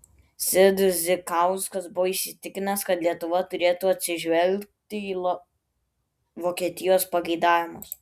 sidzikauskas buvo įsitikinęs kad lietuva turėtų atsižvelgti į vokietijos pageidavimus